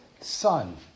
son